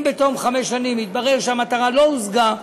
אם בתום חמש שנים יתברר שהמטרה לא הושגה,